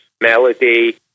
melody